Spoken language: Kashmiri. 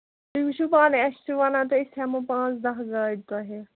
تُہۍ وُچھِو پانَے أسۍ چھِو وَنان تۄہہِ أسۍ ہٮ۪مو پانٛژھ دَہ گاڑِ تۄہہِ